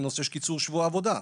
בנושא של קיצור שבוע העבודה.